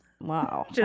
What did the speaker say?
Wow